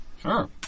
Sure